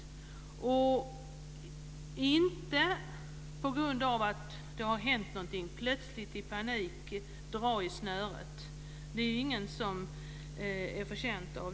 Man får inte plötsligt i panik på grund av att något har hänt dra till bromsen. Det är ingen betjänt av.